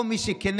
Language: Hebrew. או עם מי שכנגד,